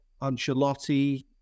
Ancelotti